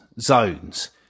zones